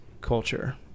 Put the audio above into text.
culture